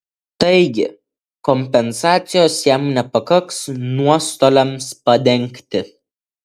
taigi kompensacijos jam nepakaks nuostoliams padengti